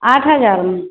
आठ हजारमे